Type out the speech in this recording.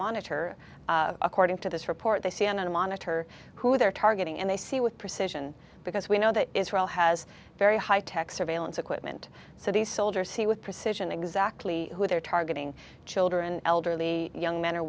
monitor according to this report they see on a monitor who they're targeting and they see with precision because we know that israel has very high tech surveillance equipment so these soldiers see with precision exactly who they're targeting children elderly young men or